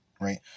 right